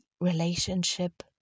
relationship